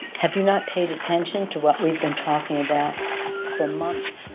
have you not paid attention to what we've been talking about for months